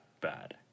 bad